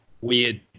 weird